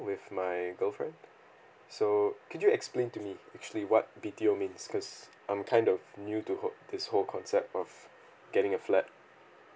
with my girlfriend so could you explain to me actually what B_T_O means cause I'm kind of new to who~ this whole concept of getting a flat